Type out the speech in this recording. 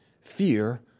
fear